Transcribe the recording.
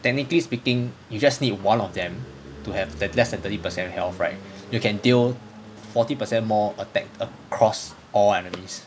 technically speaking you just need one of them to have that less than thirty percent health right you can deal forty percent more attacks across all enemies